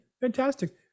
fantastic